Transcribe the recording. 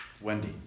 Wendy